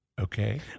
Okay